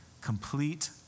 complete